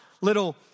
little